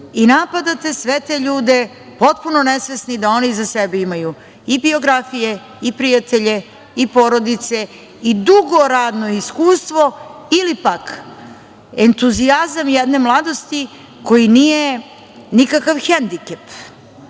i napadate sve te ljude potpuno nesvesni da oni iza sebe imaju biografije, prijatelje, porodice i dugo radno iskustvo, ili pak, entuzijazam jedne mladosti koji nije nikakav hendikep.Za